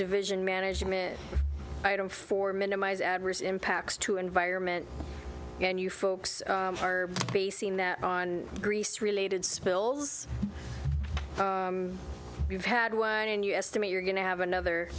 division management item for minimize adverse impacts to environment and you folks are basing that on greece related spills we've had one in your estimate you're going to have another